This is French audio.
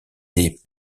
des